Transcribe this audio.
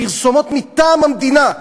פרסומות מטעם המדינה,